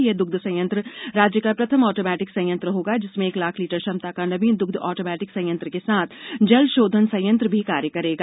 यह द्ग्ध संयंत्र राज्य का प्रथम ऑटोमेटिक संयंत्र होगा जिसमें एक लाख लीटर क्षमता का नवीन द्ग्ध ऑटोमेटिक संयंत्र के साथ जलशोधन संयंत्र भी कार्य करेगा